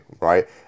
right